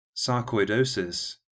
Sarcoidosis